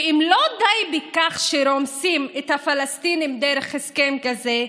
ואם לא די בכך שרומסים את הפלסטינים דרך הסכם כזה,